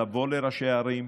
לבוא לראשי הערים,